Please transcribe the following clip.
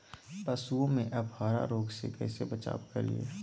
पशुओं में अफारा रोग से कैसे बचाव करिये?